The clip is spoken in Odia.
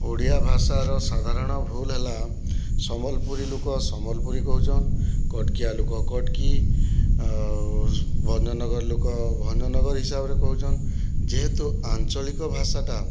ଓଡ଼ିଆ ଭାଷାର ସାଧାରଣ ଭୁଲ୍ ହେଲା ସମ୍ବଲପୁରୀ ଲୁକ ସମ୍ବଲପୁରୀ କହୁଚନ୍ କଟକିଆ ଲୁକ କଟକି ଆଉ ଭଞ୍ଜନଗର ଲୁକ ଭଞ୍ଜନଗର ହିସାବରେ କହୁଛନ୍ ଯେହେତୁ ଆଞ୍ଚଳିକ ଭାଷାଟା